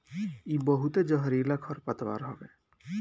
इ बहुते जहरीला खरपतवार हवे